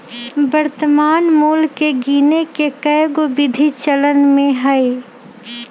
वर्तमान मोल के गीने के कएगो विधि चलन में हइ